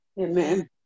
Amen